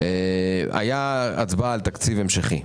במליאה הייתה הצבעה על תקציב המשכי.